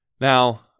Now